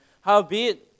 howbeit